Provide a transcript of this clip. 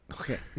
Okay